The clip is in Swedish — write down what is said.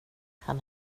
han